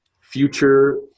future